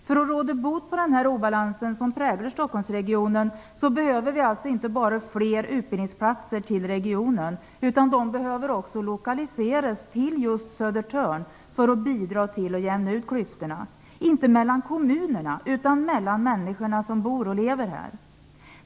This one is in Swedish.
För att råda bot på den obalans som präglar Stockholmsregionen behöver vi inte bara fler utbildningsplatser till regionen. De måste lokaliseras till just Södertörn för att bidra till att jämna ut klyftorna. Det gäller inte klyftor mellan kommunerna, utan mellan människorna som bor och lever där.